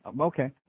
Okay